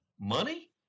Money